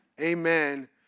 amen